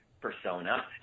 persona